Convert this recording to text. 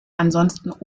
ansonsten